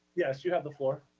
yes. you have the floor.